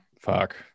fuck